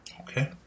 Okay